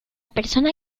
persona